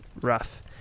rough